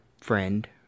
friend